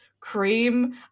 cream